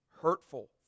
hurtful